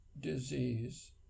disease